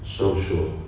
social